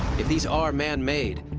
if these are manmade,